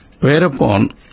whereupon